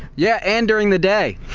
yeah, and during the day!